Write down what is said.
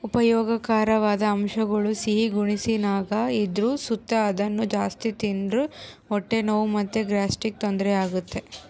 ಉಪಯೋಗಕಾರವಾದ ಅಂಶಗುಳು ಸಿಹಿ ಗೆಣಸಿನಾಗ ಇದ್ರು ಸುತ ಅದುನ್ನ ಜಾಸ್ತಿ ತಿಂದ್ರ ಹೊಟ್ಟೆ ನೋವು ಮತ್ತೆ ಗ್ಯಾಸ್ಟ್ರಿಕ್ ತೊಂದರೆ ಆಗ್ತತೆ